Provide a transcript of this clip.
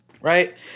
right